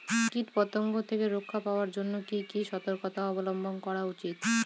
কীটপতঙ্গ থেকে রক্ষা পাওয়ার জন্য কি কি সর্তকতা অবলম্বন করা উচিৎ?